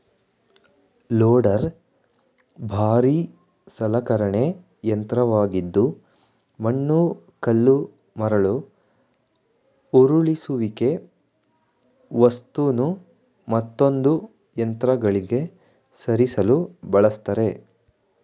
loader ಭಾರೀ ಸಲಕರಣೆ ಯಂತ್ರವಾಗಿದ್ದು ಮಣ್ಣು ಕಲ್ಲು ಮರಳು ಉರುಳಿಸುವಿಕೆ ವಸ್ತುನು ಮತ್ತೊಂದು ಯಂತ್ರಗಳಿಗೆ ಸರಿಸಲು ಬಳಸ್ತರೆ